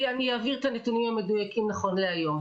אני אעביר את הנתונים המדויקים נכון להיום.